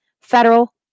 federal